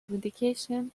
medication